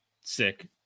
sick